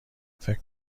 فکر